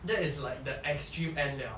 that is like the extreme end liao